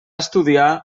estudiar